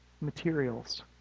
materials